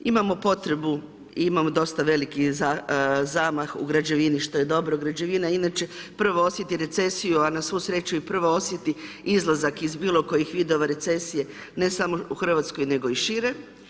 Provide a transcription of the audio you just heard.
Imamo potrebu, imamo dosta veliki zamah u građevini što je dobro, građevina inače prvo osjeti recesiju a na svu sreću i prva osjeti izlazak iz bilokojih vidova recesije ne samo u Hrvatskoj nego i šire.